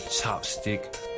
Chopstick